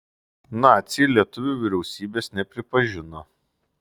naciai lietuvių vyriausybės nepripažino